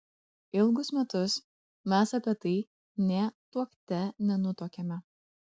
ilgus metus mes apie tai nė tuokte nenutuokėme